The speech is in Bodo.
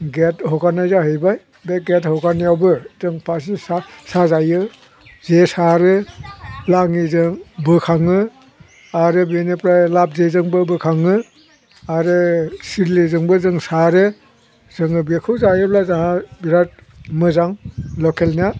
गेत हगारनाय जाहैबाय बे गेत हगारनायावबो जों फासि साजायो जे सारो लाङिजों बोखाङो आरो बेनिफ्राय लाब जेजोंबो बोखाङो आरो सिदलिजोंबो जों सारो जोङो बेखौ जायोब्ला जोंहा बिराद मोजां लकेल ना